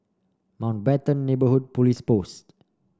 Mountbatten Neighbourhood Police Post